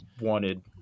wanted